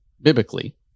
biblically